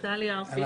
במשרד האוצר.